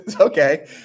Okay